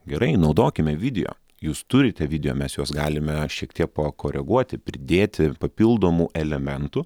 gerai naudokime video jūs turite video mes juos galime šiek tiek pakoreguoti pridėti papildomų elementų